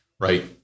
Right